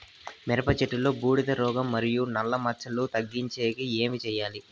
మిరప చెట్టులో బూడిద రోగం మరియు నల్ల మచ్చలు తగ్గించేకి ఏమి చేయాలి?